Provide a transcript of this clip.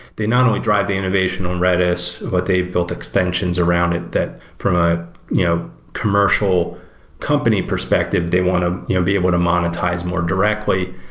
they not only drive the innovation on redis, but they built extensions around it that, from a you know commercial company perspective, they want to you know be able to monetize more directly.